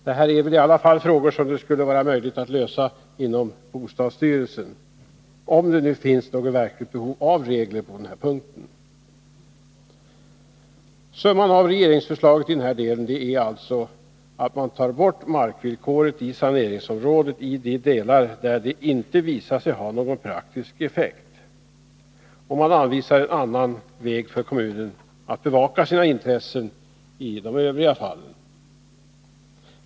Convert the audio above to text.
Det här är väl i alla fall frågor som det skulle vara möjligt att lösa inom bostadsstyrelsen — om det nu finns något verkligt behov av regler på den här punkten. Summan av regeringsförslaget i den här delen är alltså att man tar bort markvillkoret i saneringsområden i de delar där det inte visat sig ha någon | praktisk effekt. Man anvisar en annan väg för kommunen att bevaka sina intressen i de övriga fallen.